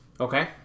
Okay